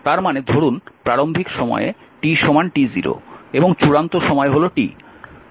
তার মানে ধরুন প্রারম্ভিক সময়ে t t0 এবং চূড়ান্ত সময় হল t